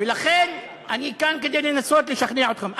יש לו בעיה אבל לריב עם שר התחבורה.